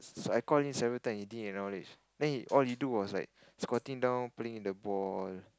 so I call him several time he didn't acknowledge then he all he do was like squatting down playing the ball